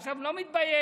עכשיו, הוא לא מתבייש,